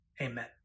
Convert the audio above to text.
amen